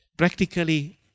Practically